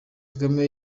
kagame